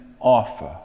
offer